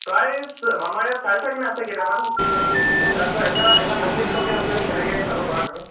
price আমাৰ ইয়াত চাই চাই কিনে আছে কেইটামান তাৰপিছত এটা এটা পঁচিশকৈ আছে সেনেকৈ চাব পাৰা তুমি